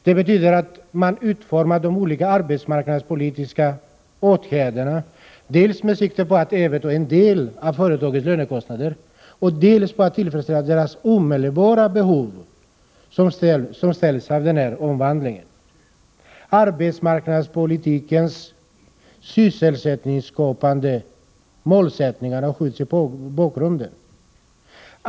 Det betyder att man utformar de olika arbetsmarknadspolitiska åtgärderna dels med sikte på att överta en del av företagens lönekostnader, dels med sikte på att tillfredsställa deras omedelbara behov på grund av strukturomvandlingen. Arbetsmarknadspolitikens sysselsättningsskapande mål har skjutits i bakgrunden.